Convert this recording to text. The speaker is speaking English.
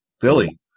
Philly